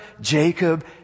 Jacob